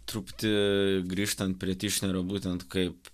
truputį grįžtant prie tišnerio būtent kaip